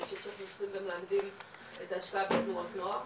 אני חושבת שאנחנו צריכים להגדיל את ההשקעה בתנועות נוער.